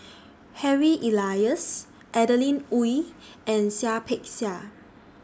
Harry Elias Adeline Ooi and Seah Peck Seah